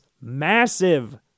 massive